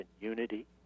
unity